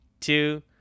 two